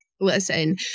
Listen